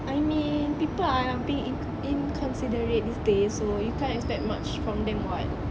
I mean people are being in~ inconsiderate these days so you can't expect much